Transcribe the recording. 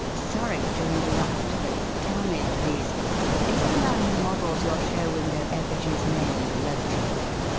sorry to interrupt, but, tell me, please is the man who models your show-window effigies named loti, then?